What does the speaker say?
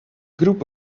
group